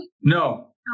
No